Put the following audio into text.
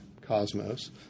Cosmos